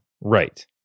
right